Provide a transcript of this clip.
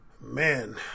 Man